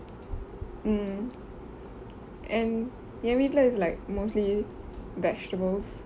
mm and என் வீட்ல:yen veetule is like mostly vegetables